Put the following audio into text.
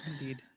Indeed